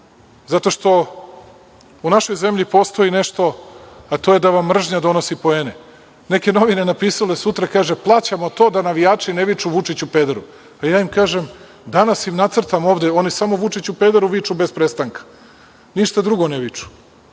jer u našoj zemlji postoji nešto, a to je da vam mržnja donosi poene. Neke novine napisale sutra, kaže, „Plaćamo to da navijači ne viču Vučiću pederu“. Ja im kažem, danas im nacrtam ovde, oni samo viču Vučiću pederu bez prestanka. Ništa drugo ne viču.